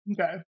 okay